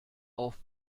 auf